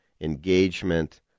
engagement